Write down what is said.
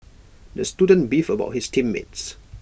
the student beefed about his team mates